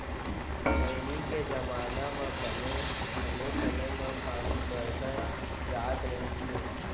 पहिली के जमाना म बने समे समे म पानी बरस जात रहिस हे